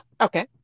okay